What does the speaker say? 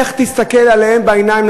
איך תסתכל אליהם בעיניים,